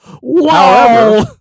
Wow